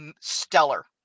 stellar